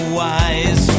wise